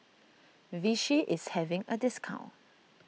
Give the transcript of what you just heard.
Vichy is having a discount